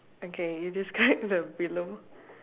okay you describe the below